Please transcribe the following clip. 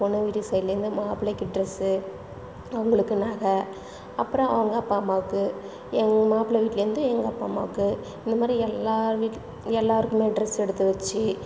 பொண்ணு வீட்டு சைட்லேருந்து மாப்பிளைக்கு ட்ரெஸ்ஸு அவங்களுக்கு நகை அப்புறம் அவங்க அப்பா அம்மாவுக்கு எங்க மாப்பிளை வீட்லேருந்து எங்கள் அப்பா அம்மாவுக்கு இந்த மாதிரி எல்லார் வீட் எல்லாருக்குமே ட்ரெஸ் எடுத்துவச்சு